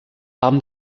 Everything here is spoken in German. haben